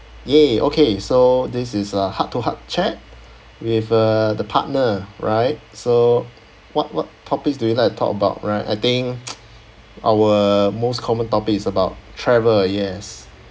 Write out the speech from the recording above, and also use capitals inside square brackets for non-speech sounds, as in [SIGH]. !yay! okay so this is a heart to heart chat with uh the partner right so what what topics do you like to talk about right I think [NOISE] our most common topic is about travel yes